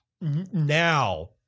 Now